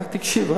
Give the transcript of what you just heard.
רק תקשיב,